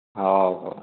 ହଉ ହଉ